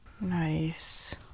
nice